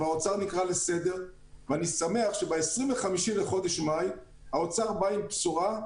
גם האוצר נקרא לסדר ואני שמח שב-25 במאי האוצר בא עם בשורה,